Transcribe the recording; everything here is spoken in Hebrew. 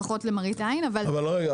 לפחות למראית עין אבל --- רגע.